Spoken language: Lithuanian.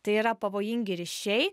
tai yra pavojingi ryšiai